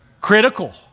Critical